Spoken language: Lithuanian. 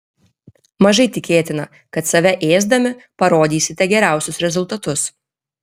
mažai tikėtina kad save ėsdami parodysite geriausius rezultatus